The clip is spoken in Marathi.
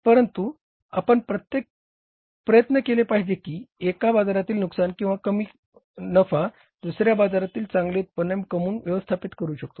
परंतु आपण प्रयत्न केले पाहिजे की एका बाजारातील नुकसान किंवा कमी नफा दुसऱ्या बाजारातील चांगले उत्पन्न कमवून व्यवस्थापित करू शकतो